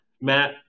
Matt